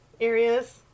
areas